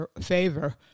favor